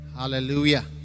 Hallelujah